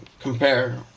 compare